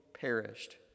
perished